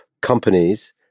companies